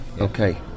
okay